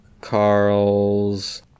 Carl's